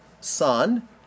son